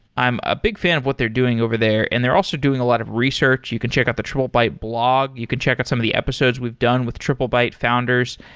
i'm a big fan of what they're doing over there and they're also doing a lot of research. you can check out the triplebyte blog. you can check out some of the episodes we've done with triplebyte founders.